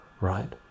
right